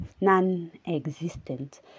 non-existent